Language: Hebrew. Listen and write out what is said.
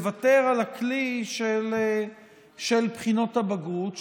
לוותר על הכלי של בחינות הבגרות,